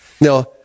Now